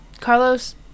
Carlos